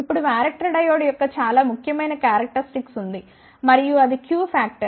ఇప్పుడు varactor diode యొక్క చాలా ముఖ్యమైన క్యారక్టరిస్టిక్స్ ఉంది మరియు అది Q ఫాక్టర్